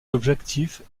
objectifs